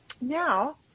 Now